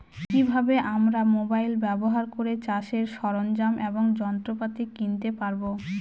কি ভাবে আমরা মোবাইল ব্যাবহার করে চাষের সরঞ্জাম এবং যন্ত্রপাতি কিনতে পারবো?